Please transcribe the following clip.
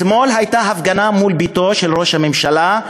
אתמול הייתה הפגנה מול ביתו של ראש הממשלה,